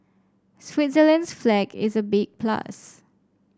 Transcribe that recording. Switzerland's flag is a big plus